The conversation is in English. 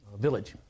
village